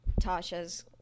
Tasha's